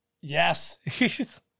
Yes